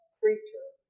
creature